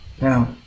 Now